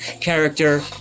character